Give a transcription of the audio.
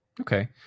okay